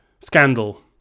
Scandal